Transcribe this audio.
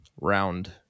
round